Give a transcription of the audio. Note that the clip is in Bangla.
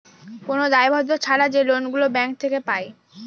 কোন দায়বদ্ধ ছাড়া যে লোন গুলো ব্যাঙ্ক থেকে পায়